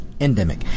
endemic